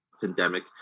pandemic